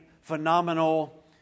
phenomenal